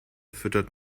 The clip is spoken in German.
füttert